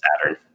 Saturn